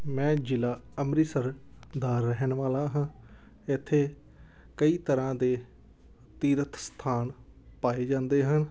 ਮੈਂ ਜ਼ਿਲ੍ਹਾਂ ਅੰਮ੍ਰਿਤਸਰ ਦਾ ਰਹਿਣ ਵਾਲਾ ਹਾਂ ਇੱਥੇ ਕਈ ਤਰ੍ਹਾਂ ਦੇ ਤੀਰਥ ਸਥਾਨ ਪਾਏ ਜਾਂਦੇ ਹਨ